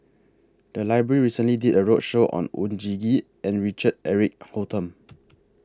The Library recently did A roadshow on Oon Jin Gee and Richard Eric Holttum